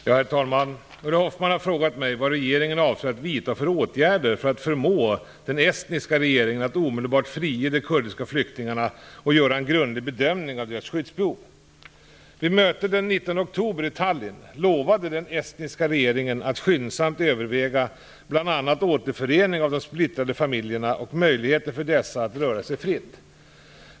Herr talman! Ulla Hoffman har frågat mig vad regeringen avser att vidta för åtgärder för att förmå den estniska regeringen att omedelbart frige de kurdiska flyktingarna och göra en grundlig bedömning av deras skyddsbehov. Vid mötet den 19 oktober i Tallinn lovade den estniska regeringen att skyndsamt överväga bl.a. återförening av de splittrade familjerna och möjligheten för dessa att röra sig fritt.